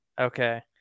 Okay